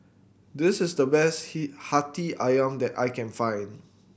this is the best he Hati Ayam that I can find